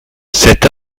cet